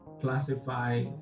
classify